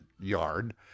yard